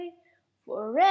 forever